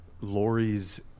Lori's